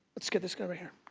let's get this guy right here.